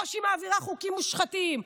או שהיא מעבירה חוקים מושחתים.